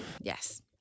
Yes